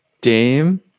Dame